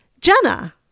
Jenna